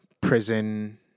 prison